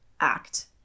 act